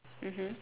mmhmm